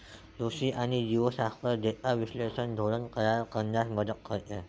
कृषी आणि जीवशास्त्र डेटा विश्लेषण धोरण तयार करण्यास मदत करते